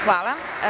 Hvala.